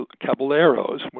Caballeros